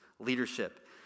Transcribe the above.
leadership